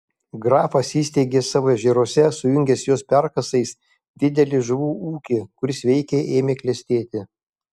grafas įsteigė savo ežeruose sujungęs juos perkasais didelį žuvų ūkį kuris veikiai ėmė klestėti